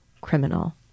Criminal